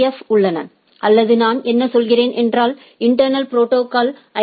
ஃப்உள்ளன அல்லது நான் என்ன சொல்கிறேன் என்றால் இன்டெர்னல் ப்ரோடோகால்ஸ் ஐ